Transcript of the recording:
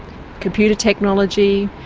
computer technology,